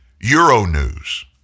Euronews